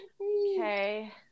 Okay